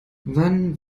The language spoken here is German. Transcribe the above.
wann